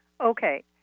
okay